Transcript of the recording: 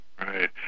Right